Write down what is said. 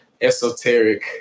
esoteric